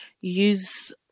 use